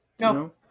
No